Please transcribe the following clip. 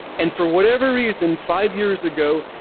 and for whatever reason, five years ago,